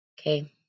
Okay